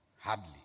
Hardly